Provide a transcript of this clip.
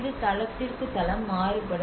இது தளத்திற்கு தளம் மாறுபடும்